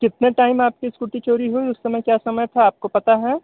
कितने टाइम आपकी स्कूटी चोरी हुई उस समय क्या समय था आपको पता है